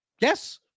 Yes